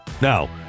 Now